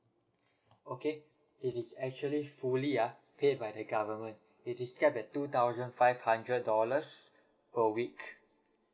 okay it is actually fully ah pay by the government it is capped at two thousand five hundred dollars per week